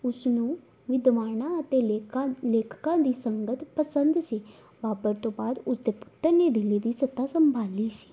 ਉਸ ਨੂੰ ਵਿਦਵਾਨਾਂ ਅਤੇ ਲੇਖਕਾਂ ਲੇਖਕਾਂ ਦੀ ਸੰਗਤ ਪਸੰਦ ਸੀ ਬਾਬਰ ਤੋਂ ਬਾਅਦ ਉਸਦੇ ਪੁੱਤਰ ਨੇ ਦਿੱਲੀ ਦੀ ਸੱਤਾ ਸੰਭਾਲੀ ਸੀ